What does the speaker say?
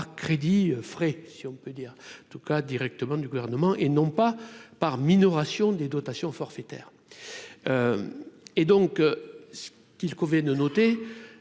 par Crédit frais, si on peut dire tout cas directement du gouvernement et non pas par minoration des dotations forfaitaires et donc qu'il couvait ne noter